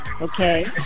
okay